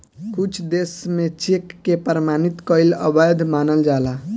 कुछ देस में चेक के प्रमाणित कईल अवैध मानल जाला